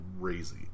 crazy